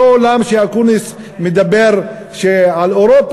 אותו עולם שאקוניס מדבר עליו,